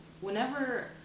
whenever –